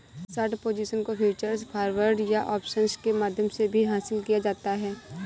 short position को futures, forwards या options के माध्यम से भी हासिल किया जाता है